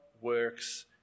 works